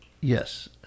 Yes